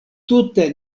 tute